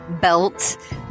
belt